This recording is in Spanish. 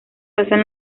pasan